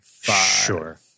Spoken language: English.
Sure